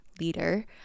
leader